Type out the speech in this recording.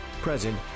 present